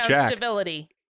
stability